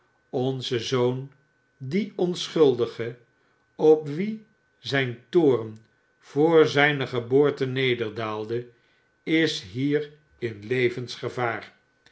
onze zoon die onschuldige op wien zijn toorn vr zijne geboorte nederdaalde is hier in levensgevaar